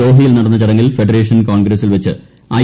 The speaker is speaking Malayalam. ദോഹയിൽ നടന്ന ചടങ്ങിൽ ഫെഡറേഷൻ കോൺഗ്രസിൽ വെച്ച് ഐ